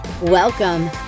Welcome